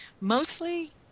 Mostly